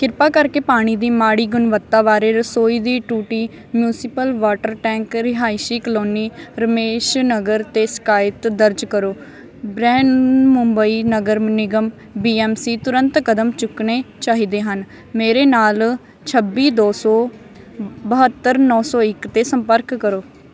ਕਿਰਪਾ ਕਰਕੇ ਪਾਣੀ ਦੀ ਮਾੜੀ ਗੁਣਵੱਤਾ ਬਾਰੇ ਰਸੋਈ ਦੀ ਟੂਟੀ ਮਿਊਂਸਪਲ ਵਾਟਰ ਟੈਂਕ ਰਿਹਾਇਸ਼ੀ ਕਲੋਨੀ ਰਮੇਸ਼ ਨਗਰ 'ਤੇ ਸ਼ਿਕਾਇਤ ਦਰਜ ਕਰੋ ਬ੍ਰਿਹਨਮੁੰਬਈ ਨਗਰ ਨਿਗਮ ਬੀ ਐੱਮ ਸੀ ਤੁਰੰਤ ਕਦਮ ਚੁੱਕਣੇ ਚਾਹੀਦੇ ਹਨ ਮੇਰੇ ਨਾਲ ਛੱਬੀ ਦੋ ਸੌ ਬਹੱਤਰ ਨੌਂ ਸੌ ਇੱਕ 'ਤੇ ਸੰਪਰਕ ਕਰੋ